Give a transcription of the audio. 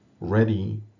ready